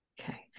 Okay